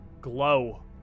glow